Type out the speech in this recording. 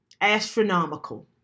astronomical